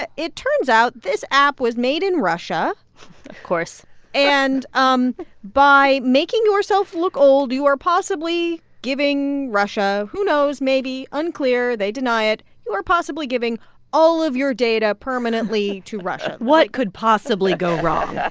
it it turns out this app was made in russia of course and um by making yourself look old, you are possibly giving russia who knows, maybe, unclear, they deny it you are possibly giving all of your data permanently to russia what could possibly go wrong? yeah